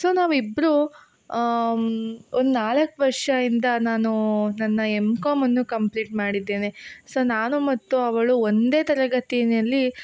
so ನಾವಿಬ್ರೂ ಒಂದು ನಾಲ್ಕು ವರ್ಷದಿಂದ ನಾನು ನನ್ನ ಎಮ್ ಕಾಮನ್ನು ಕಂಪ್ಲೀಟ್ ಮಾಡಿದ್ದೇನೆ ಸೊ ನಾನು ಮತ್ತು ಅವಳು ಒಂದೇ ತರಗತಿಯಲ್ಲಿ